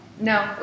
no